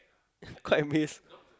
quite amazed